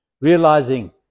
realizing